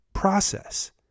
process